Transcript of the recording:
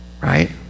Right